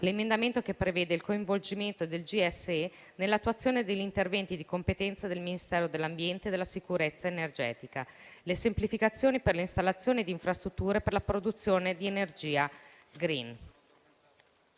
l'emendamento che prevede il coinvolgimento del GSE nell'attuazione degli interventi di competenza del Ministero dell'ambiente e della sicurezza energetica; le semplificazioni per l'installazione di infrastrutture per la produzione di energia *green*;